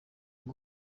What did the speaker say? ali